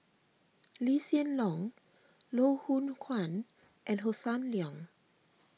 Lee Hsien Loong Loh Hoong Kwan and Hossan Leong